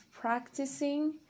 practicing